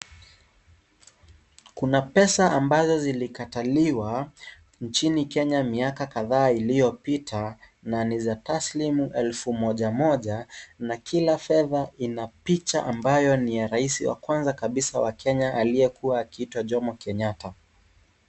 Kuna pesa ambazo zilikataliwa nchni Kenya miaka kadhaa iliyopita nani za taslimu elfu moja moja na kila fedha ina picha ambayo ni ya rais wa kwanza kabisa wa Kenya aliyekuwa akiitwa Jomo Kenyatta.